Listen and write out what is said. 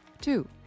Two